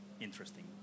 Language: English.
interesting